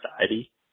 society